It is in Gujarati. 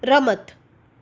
રમત